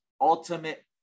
ultimate